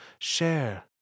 Share